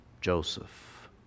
Joseph